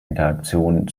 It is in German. interaktion